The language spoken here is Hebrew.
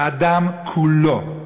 האדם כולו,